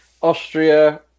Austria